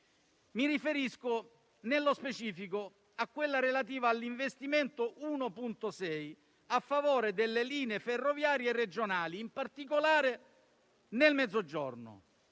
Mi riferisco nello specifico all'investimento 1.6 a favore delle linee ferroviarie regionali, in particolare nel Mezzogiorno,